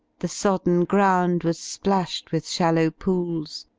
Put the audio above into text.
the sodden ground was splashed with shallow pools,